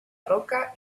roca